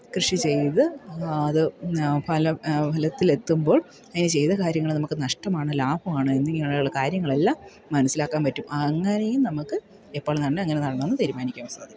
കൃഷി ചെയ്ത് ആ അത് ഫലം ഫലത്തിലെത്തുമ്പോൾ ഇങ്ങനെ ചെയ്ത കാര്യങ്ങൾ നമുക്ക് നഷ്ടമാണോ ലാഭമാണോ എന്നിങ്ങനെയുള്ള കാര്യങ്ങളെല്ലാം മനസ്സിലാക്കാൻ പറ്റും അങ്ങനെയും നമുക്ക് എപ്പോൾ നടണം എങ്ങനെ നടണമെന്ന് തീരുമാനിക്കാൻ സാധിക്കും